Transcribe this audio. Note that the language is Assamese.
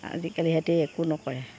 আজিকালি সিহঁতে একো নকৰে